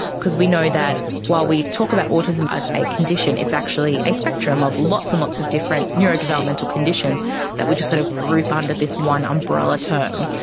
because we know that while we talk about autism as a condition, it's actually a spectrum of lots and lots of different neurodevelopmental conditions that we just sort of group under this one umbrella term.